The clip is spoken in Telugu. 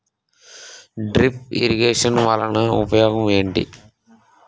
డ్రిప్ ఇరిగేషన్ వలన ఉపయోగం ఏంటి